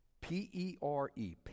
P-E-R-E